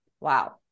wow